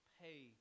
pay